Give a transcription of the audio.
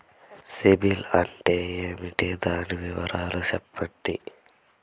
సిబిల్ అంటే ఏమి? దాని వివరాలు సెప్పండి?